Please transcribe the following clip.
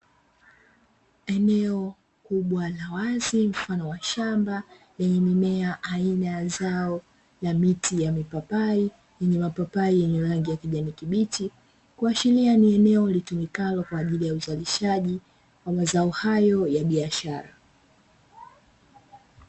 Eneo kubwa la wazi mfano wa shamba, yenye mimea aina ya zao la miti ya mipapai yenye rangi ya kijani kibichi, kuashiria ni eneo litumikalo kwa ajili ya uzalishaji wa mazao hayo ya biashara.